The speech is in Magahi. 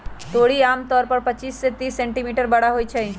तोरी आमतौर पर पच्चीस से तीस सेंटीमीटर बड़ होई छई